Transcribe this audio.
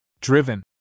Driven